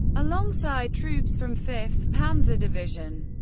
alongside troops from fifth panzer division,